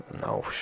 No